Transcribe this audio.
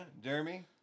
Jeremy